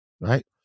Right